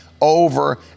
over